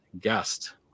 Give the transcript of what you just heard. guest